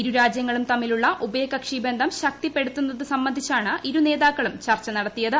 ഇരു രാജ്യങ്ങളും തമ്മിലുളള ഉഭയകക്ഷി ബന്ധം ശക്തിപ്പെടുത്തുന്നത് സംബന്ധിച്ചാണ് ഇരു നേതാക്കളും ചർച്ചു നടത്തിയത്